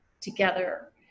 together